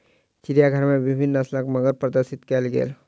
चिड़ियाघर में विभिन्न नस्लक मगर प्रदर्शित कयल गेल